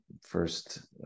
first